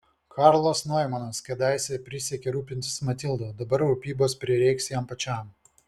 karlas noimanas kadaise prisiekė rūpintis matilda o dabar rūpybos prireiks jam pačiam